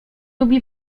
lubi